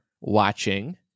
watching